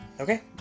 Okay